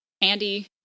Andy